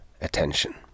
attention